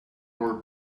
our